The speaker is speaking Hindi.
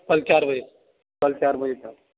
कल चार बजे कल चार बजे सर